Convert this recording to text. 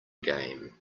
game